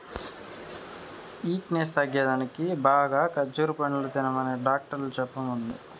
weakness తగ్గేదానికి బాగా ఖజ్జూర పండ్లు తినమనే డాక్టరమ్మ చెప్పింది